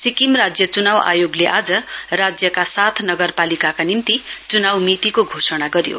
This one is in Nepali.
सिक्किम राज्य चुनाउ आयोगले आज राज्यका सात नगरपालिकाका निम्ति चुनाउ मितिको घोषणा गर्यो